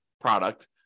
product